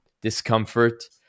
discomfort